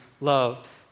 love